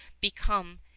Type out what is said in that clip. become